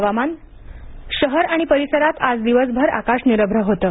हवामान शहर आणि परिसरात आज दिवसभर आकाश निरभ्र होतं